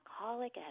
alcoholic